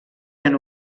eren